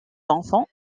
enfants